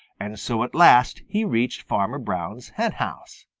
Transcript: and so at last he reached farmer brown's henhouse.